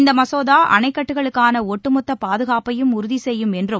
இந்த மசோதா அணைக்கட்டுகளுக்கான ஒட்டுமொத்த பாதுகாப்பையும் உறுதி செய்யும் என்றும்